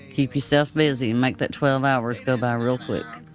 keep yourself busy and like that twelve hours go by real quick.